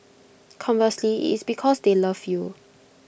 conversely IT is because they love you